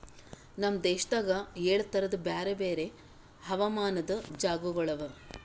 ನಮ್ ದೇಶದಾಗ್ ಏಳು ತರದ್ ಬ್ಯಾರೆ ಬ್ಯಾರೆ ಹವಾಮಾನದ್ ಜಾಗಗೊಳ್ ಅವಾ